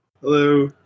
Hello